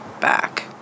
back